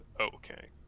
okay